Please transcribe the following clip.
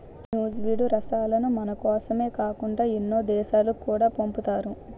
నూజివీడు రసాలను మనకోసమే కాకుండా ఎన్నో దేశాలకు కూడా పంపుతారు